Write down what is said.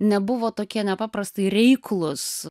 nebuvo tokie nepaprastai reiklūs